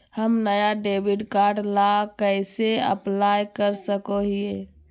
हम नया debit card ला कइसे अप्लाई कर सको हियै?